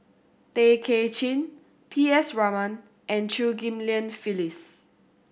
Tay Kay Chin P S Raman and Chew Ghim Lian Phyllis